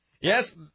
Yes